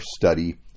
study